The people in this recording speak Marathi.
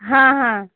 हां हां